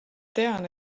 tean